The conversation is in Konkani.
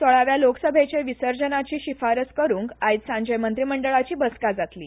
सोळाव्या लोकसभेचे विसर्जनाची शिफारस करूंक आयज सांजे मंत्रिमंडळाची बसका जातली